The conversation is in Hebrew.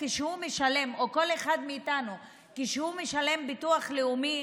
סטודנט משלם, או כל אחד מאיתנו, ביטוח לאומי,